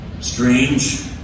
strange